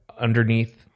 underneath